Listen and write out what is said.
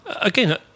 Again